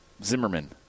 Zimmerman